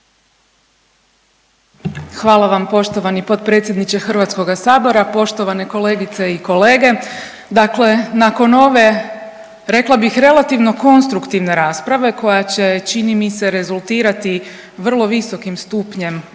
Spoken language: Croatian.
Hvala vam poštovani potpredsjedniče Hrvatskoga sabora. Poštovane kolegice i kolege, dakle nakon ove rekla bih relativno konstruktivne rasprave koja će čini mi se rezultirati vrlo visokim stupnjem konsenzusa